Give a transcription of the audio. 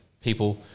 people